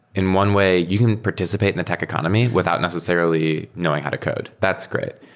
in one way, you can participate in a tech economy without necessarily knowing how to code. that's great.